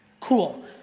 cool,